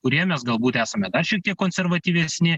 kuriem mes galbūt esame dar šiek tiek konservatyvesni